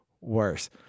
worse